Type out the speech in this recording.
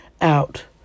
out